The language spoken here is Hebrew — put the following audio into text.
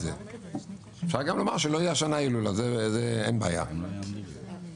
אנחנו 38 ימים לפני אירוע הילולת רשב"י בהר מירון.